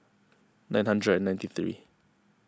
nine hundred and ninety three